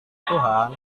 tuhan